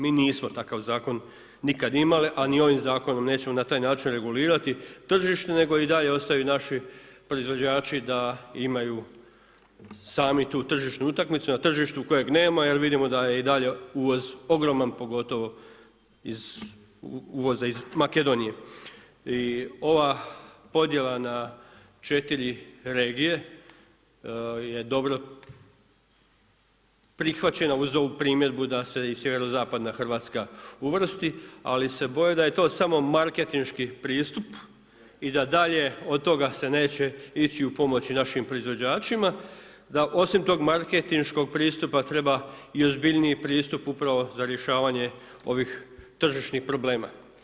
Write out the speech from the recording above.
Mi nismo takav zakon nikad imali, a ni ovim Zakonom nećemo na taj način regulirati tržište, nego i dalje ostaju naši proizvođači da imaju sami tu tržišnu utakmicu na tržištu kojeg nema, jer vidimo da je i dalje uvoz ogroman, pogotovo iz uvoza iz Makedonije i ova podjela na 4 regije je dobro prihvaćena uz ovu primjedbu da se i sjeverozapadna Hrvatska uvrsti, ali se boje da je to samo marketinški pristup i da dalje od toga se neće ići u pomoć našim proizvođačima, da osim tog marketinškog pristupa treba i ozbiljniji pristup upravo za rješavanja ovih tržišnih problema.